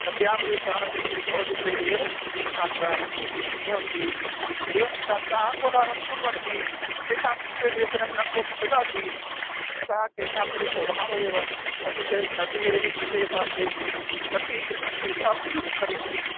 अध्यापकेषु सहनशक्तिर्भवति चेदेव छात्राः श्रोतुं शक्नुवन्ति एवं छात्राः कोलाहलं कुर्वन्ति तेषां कृते वेतनं न कोऽपि ददाति अतः तेषां तु स्वभाव एव कपि चे कपेः कृते कपिः यथा चेष्टां करोति